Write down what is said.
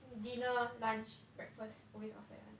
dinner lunch breakfast always outside [one]